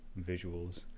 visuals